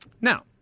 Now